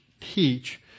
teach